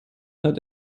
hat